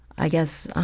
i guess,